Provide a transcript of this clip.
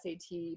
SAT